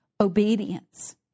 Obedience